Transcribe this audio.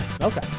Okay